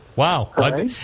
Wow